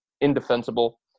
indefensible